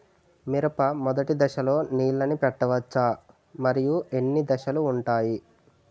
మిరప మొదటి దశలో నీళ్ళని పెట్టవచ్చా? మరియు ఎన్ని దశలు ఉంటాయి?